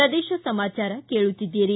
ಪ್ರದೇಶ ಸಮಾಚಾರ ಕೇಳುತ್ತೀದ್ದಿರಿ